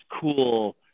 cool